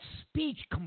speech